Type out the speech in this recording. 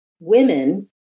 women